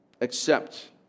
Accept